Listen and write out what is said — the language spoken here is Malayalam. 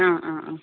ആ ആ ആ